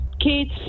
kids